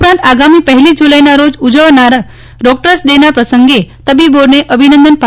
ઉપરાંત આગામી પહેલી જુલાઈના રોજ ઉજવાનાર ડોક્ટર્સ ડેના પ્રસંગે તબીબોને અભિનંદન આપ્યા હતા